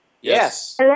Yes